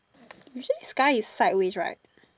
you say sky is side ways right